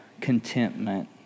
contentment